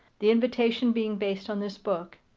the invitation being based on this book.